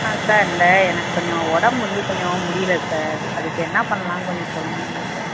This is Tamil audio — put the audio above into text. ஆ சார் இந்த எனக்கு கொஞ்சம் உடம்பு வந்து கொஞ்சம் முடியலை சார் அதுக்கு என்ன பண்ணலான்னு கொஞ்சம் சொல்ல முடியுமா சார்